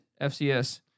FCS